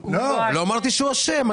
לא אמרתי שהוא אשם.